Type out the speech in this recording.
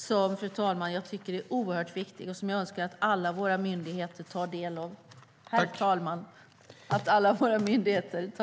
Den är oerhört viktig, och jag önskar att alla våra myndigheter tar del av den.